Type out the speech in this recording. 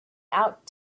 out